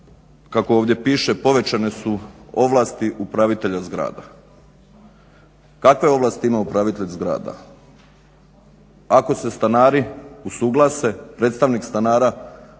kako ovdje piše povećane su ovlasti upravitelja zgrada. Takve ovlasti ima upravitelj zgrada. Ako se stanari usuglase predstavnik stanara